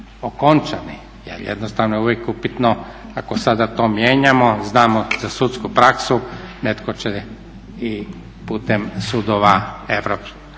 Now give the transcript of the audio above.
Jer jednostavno je uvijek upitno ako sada to mijenjamo znamo za sudsku praksu netko će i putem europskih